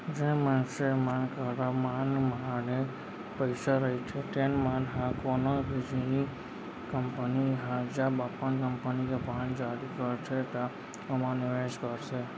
जेन मनसे मन करा मनमाड़े पइसा रहिथे तेन मन ह कोनो भी निजी कंपनी ह जब अपन कंपनी के बांड जारी करथे त ओमा निवेस करथे